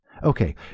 Okay